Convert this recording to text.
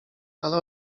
ale